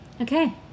Okay